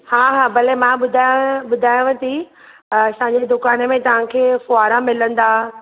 हा हा भले मां ॿुधायांव थी असांजी दुकान में तव्हांखे फुआरा मिलंदा